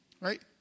Right